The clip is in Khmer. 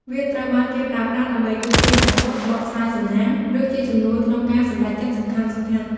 វាត្រូវបានគេប្រើប្រាស់ដើម្បីទស្សន៍ទាយអនាគត បកស្រាយសំណាង ឬជាជំនួយក្នុងការសម្រេចចិត្តសំខាន់ៗ។